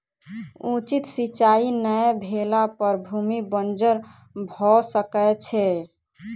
उचित सिचाई नै भेला पर भूमि बंजर भअ सकै छै